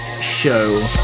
show